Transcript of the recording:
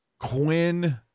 Quinn